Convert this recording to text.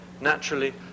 Naturally